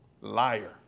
liar